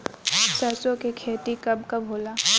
सरसों के खेती कब कब होला?